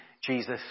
Jesus